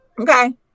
Okay